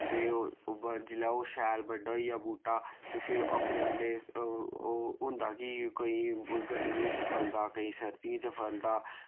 ते जिल्लै ओह् शैल बड्डा होइया बूह्टा ते फिर अपने अपने ओ होंदा कि कोई गर्मियें च फलदा केईं सर्दियें च फलदा